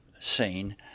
seen